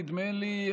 נדמה לי,